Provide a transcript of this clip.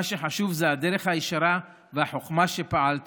מה שחשוב זה הדרך הישרה והחוכמה שבהן פעלת,